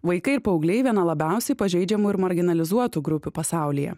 vaikai ir paaugliai viena labiausiai pažeidžiamų ir marginalizuotų grupių pasaulyje